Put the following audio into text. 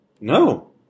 No